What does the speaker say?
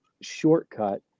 shortcut